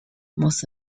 most